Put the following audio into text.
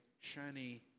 shiny